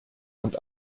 und